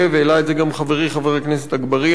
והעלה את זה גם חברי חבר הכנסת אגבאריה,